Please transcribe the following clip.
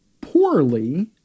poorly